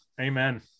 Amen